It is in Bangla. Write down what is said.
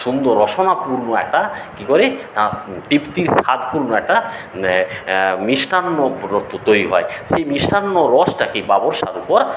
সুন্দর রসনাপূর্ণ একটা কি করে না তৃপ্তির স্বাদপূর্ণ একটা মিষ্টান্ন পদার্থ তৈরী হয় সেই মিষ্টান্নর রসটাকে বাবরসার উপর